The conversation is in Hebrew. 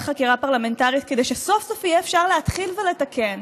חקירה פרלמנטרית כדי שסוף-סוף יהיה אפשר להתחיל ולתקן,